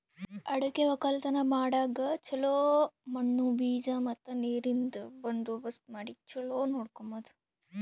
ಅದುಕೆ ಒಕ್ಕಲತನ ಮಾಡಾಗ್ ಚೊಲೋ ಮಣ್ಣು, ಬೀಜ ಮತ್ತ ನೀರಿಂದ್ ಬಂದೋಬಸ್ತ್ ಮಾಡಿ ಚೊಲೋ ನೋಡ್ಕೋಮದ್